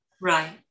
right